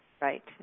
right